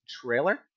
trailer